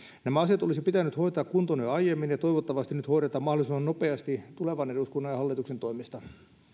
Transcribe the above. nämä asiat olisi pitänyt hoitaa kuntoon jo aiemmin ja toivottavasti ne nyt hoidetaan mahdollisimman nopeasti tulevan eduskunnan ja hallituksen toimesta